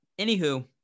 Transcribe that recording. anywho